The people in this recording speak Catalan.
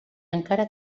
encara